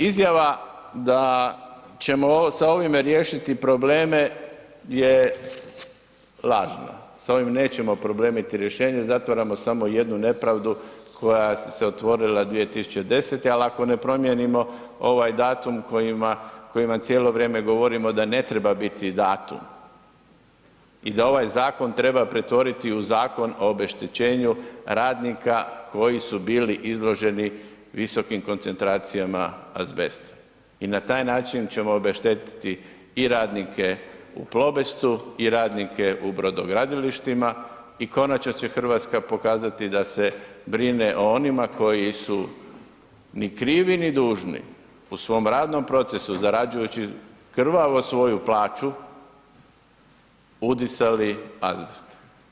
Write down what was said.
Izjava da ćemo sa ovime riješiti probleme je lažna, s ovim nećemo riješiti probleme, zatvaramo samo jednu nepravdu koja se otvorila 2010. jel ako ne promijenimo ovaj datum koji vam cijelo vrijeme govorimo da ne treba biti datum i da ovaj zakon treba pretvoriti i u zakon o obeštećenju radnika koji su bili izloženi visokom koncentracijama azbesta i na taj način ćemo obeštetiti i radnike u Plobestu i radnike u brodogradilištima i konačno će Hrvatska pokazati da se brine o onima koji su ni krivi ni dužni u svom radnom procesu zarađujući krvavo svoju plaću, udisali azbest.